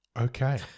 Okay